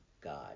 God